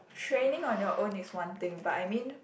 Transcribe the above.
training on your own is one thing but I mean